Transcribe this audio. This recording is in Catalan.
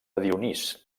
dionís